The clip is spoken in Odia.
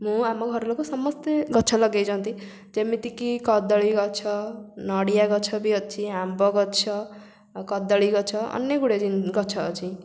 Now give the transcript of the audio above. ମୁଁ ଆମ ଘର ଲୋକ ସମସ୍ତେ ଗଛ ଲଗେଇଛନ୍ତି ଯେମିତିକି କଦଳୀ ଗଛ ନଡ଼ିଆ ଗଛ ବି ଅଛି ଆମ୍ବ ଗଛ କଦଳୀ ଗଛ ଅନେକ ଗୁଡ଼ିଏ ଗଛ ଅଛି